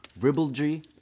ribaldry